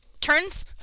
Turns